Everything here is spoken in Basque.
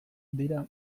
dira